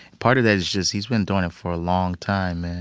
part of that is just he's been doing it for a long time, man,